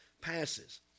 passes